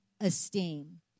esteem